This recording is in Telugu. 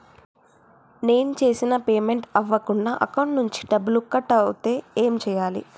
నేను చేసిన పేమెంట్ అవ్వకుండా అకౌంట్ నుంచి డబ్బులు కట్ అయితే ఏం చేయాలి?